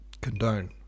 condone